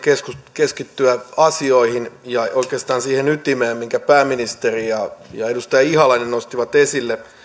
keskittyä asioihin ja oikeastaan siihen ytimeen minkä pääministeri ja edustaja ihalainen nostivat esille